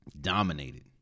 Dominated